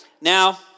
Now